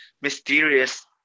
mysterious